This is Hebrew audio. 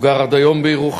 הוא גר עד היום בירוחם,